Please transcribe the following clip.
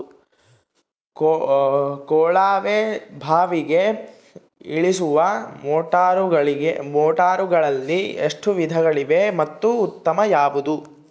ಕೊಳವೆ ಬಾವಿಗೆ ಇಳಿಸುವ ಮೋಟಾರುಗಳಲ್ಲಿ ಎಷ್ಟು ವಿಧಗಳಿವೆ ಮತ್ತು ಉತ್ತಮ ಯಾವುದು?